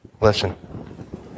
Listen